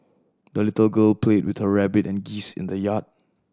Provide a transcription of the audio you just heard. the little girl played with her rabbit and geese in the yard